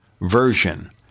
version